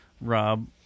Rob